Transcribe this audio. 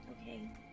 Okay